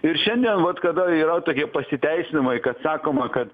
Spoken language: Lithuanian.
ir šiandien vat kada yra tokie pasiteisinimai kad sakoma kad